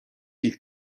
ilk